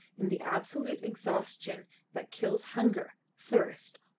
in the absolute exhaustion that kills hunger, thirst,